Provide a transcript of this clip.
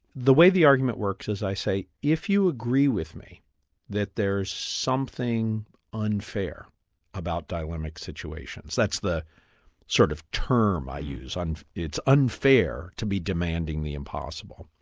the way the argument works is, i say, if you agree with me that there is something unfair about dilemmic situations, that's the sort of term i use, and it's unfair to be demanding the impossible,